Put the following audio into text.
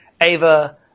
Ava